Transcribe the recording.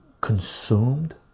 consumed